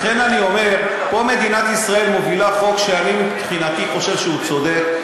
לכן אני אומר: פה מדינת ישראל מובילה חוק שאני מבחינתי חושב שהוא צודק.